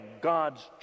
God's